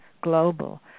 global